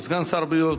את סגן שר הבריאות,